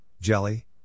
jelly